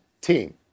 team